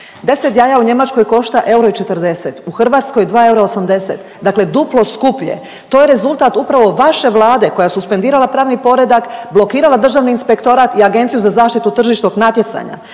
10 jaja u Njemačkoj košta euro i 40, u Hrvatskoj 2 eura 80, dakle duplo skuplje. To je rezultat upravo vaše Vlade koja je suspendirala pravni poredak, blokirala Državni inspektorat i Agenciju za zaštitu tržišnog natjecanja